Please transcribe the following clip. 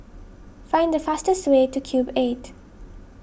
find the fastest way to Cube eight